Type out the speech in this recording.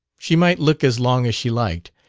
she might look as long as she liked,